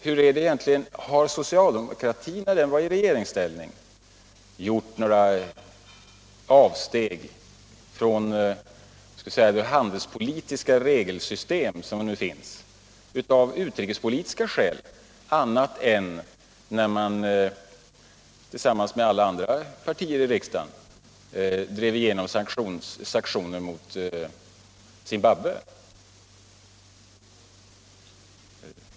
Hur är det egentligen — har det socialdemokratiska partiet när det var i regeringsställning någonsin gjort några avsteg från det handelspolitiska regelsystem som nu finns av utrikespolitiska skäl annat än när det partiet tillsammans med andra partier i riksdagen drev igenom sanktioner mot Zimbabwe?